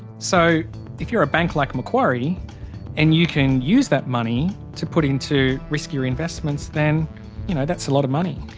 so if you're a bank like macquarie and you can use that money to put into riskier investments, then you know that's a lot of money.